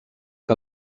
que